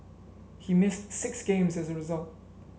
he missed six games as a result